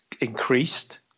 increased